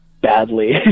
badly